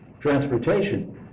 transportation